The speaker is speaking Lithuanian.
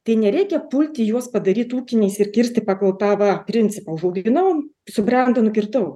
tai nereikia pulti juos padaryt ūkiniais ir kirsti pagal tą va principą užauginau subrendo nukirtau